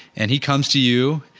and he comes to you,